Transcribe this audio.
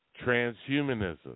transhumanism